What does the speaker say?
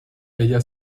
ella